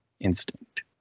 instinct